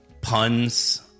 puns